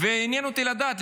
עניין אותי לדעת,